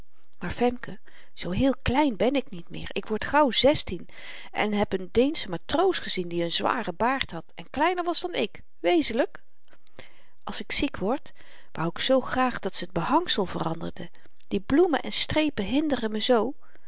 maar femke zoo heel klein ben ik niet meer ik word gauw zestien en heb n deenschen matroos gezien die n zwaren baard had en kleiner was dan ik wezenlyk als ik ziek word wou ik zoo graag dat ze t behangsel veranderden die bloemen en strepen hinderen me zoo